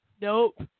Nope